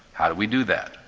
how do we do that?